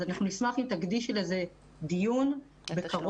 אז אנחנו נשמח אם תקדישי לזה דיון בקרוב,